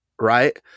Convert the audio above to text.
right